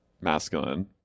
masculine